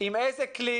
עם איזה כלי